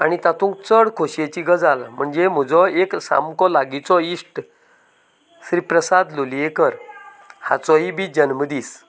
आनी तातूंत चड खोशयेची गजाल म्हणजे म्हजो एक सामको लागींचो इश्ट श्री प्रसाद लोलयेंकार हाचोय बी जल्मदीस